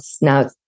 now